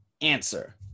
answer